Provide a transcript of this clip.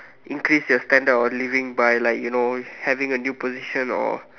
increase your standard of living by like you know having a new position or